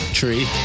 tree